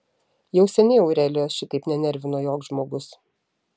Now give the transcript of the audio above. jau seniai aurelijos šitaip nenervino joks žmogus